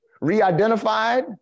re-identified